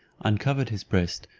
uncovered his breast,